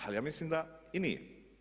Ali ja mislim da i nije.